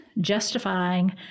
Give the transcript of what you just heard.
justifying